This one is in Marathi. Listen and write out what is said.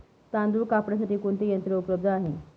तांदूळ कापण्यासाठी कोणते यंत्र उपलब्ध आहे?